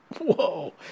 whoa